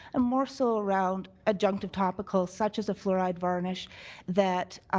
and more so around adjunctive topical such as a fluoride varnish that